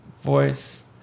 voice